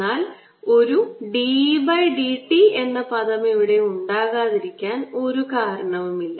എന്നാൽ ഒരു d E d t എന്ന പദം ഇവിടെ ഉണ്ടാകാതിരിക്കാൻ ഒരു കാരണവുമില്ല